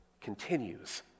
continues